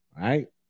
right